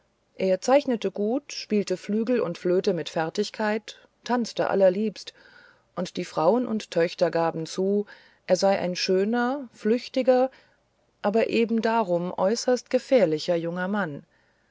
er zeichnete gut spielte flügel und flöte mit fertigkeit tanzte alllerliebst und die frauen und töchter gaben zu er sei ein schöner flüchtiger aber eben darum äußerst gefährlicher junger mann